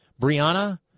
Brianna